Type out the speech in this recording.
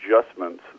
adjustments